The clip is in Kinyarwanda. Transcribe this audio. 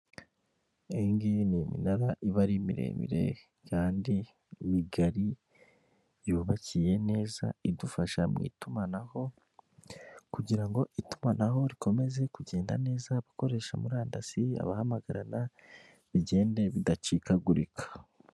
Iyi ngiyi ni iminara aba ari miremire kandi migari yubakiye neza idufasha mu itumanaho, kugira ngo itumanaho rikomeze kugenda neza, abakoresha murandasi, abahamagarana, bigende bidacikagurika.